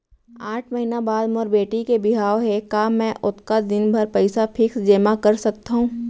आठ महीना बाद मोर बेटी के बिहाव हे का मैं ओतका दिन भर पइसा फिक्स जेमा कर सकथव?